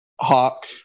hawk